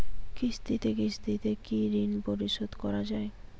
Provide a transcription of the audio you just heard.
কিস্তিতে কিস্তিতে কি ঋণ পরিশোধ করা য়ায়?